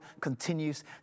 continues